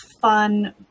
fun